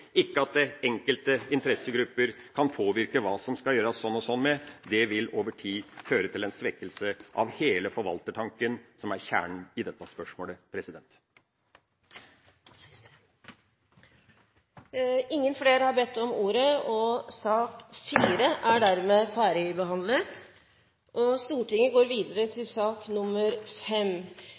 ikke at enkelte interessegrupper kan påvirke hva som kan gjøres sånn og sånn med. Det vil over tid føre til en svekkelse av hele forvaltertanken, som er kjernen i dette spørsmålet. Flere har ikke bedt om ordet til sak